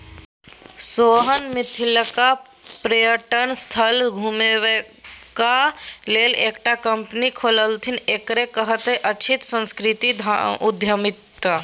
सोहन मिथिलाक पर्यटन स्थल घुमेबाक लेल एकटा कंपनी खोललथि एकरे कहैत अछि सांस्कृतिक उद्यमिता